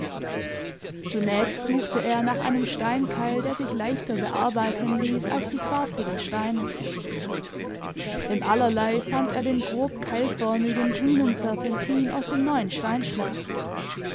zunächst suchte er nach einem steinkeil der sich leichter bearbeiten ließ als die quarzigen steine im allerlei fand er den grob keilförmigen grünen serpentin aus dem neuen